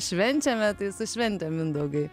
švenčiame tai su švente mindaugai